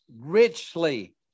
richly